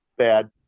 bad